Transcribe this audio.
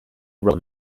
role